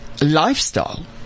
lifestyle